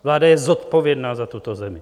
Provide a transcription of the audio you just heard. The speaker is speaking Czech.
Vláda je zodpovědná za tuto zemi.